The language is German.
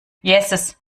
jesses